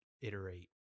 iterate